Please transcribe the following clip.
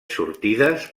sortides